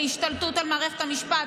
בהשתלטות על מערכת המשפט,